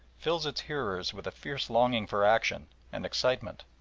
fills its hearers with a fierce longing for action and excitement,